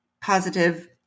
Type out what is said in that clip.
positive